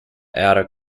outer